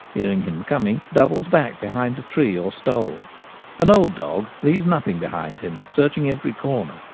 hearing him coming, doubles back behind a tree or stole an old dog leaves nothing behind him, searching every corner.